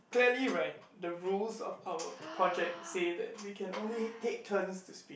clearly right the rule of our project said that we can only take turn to speak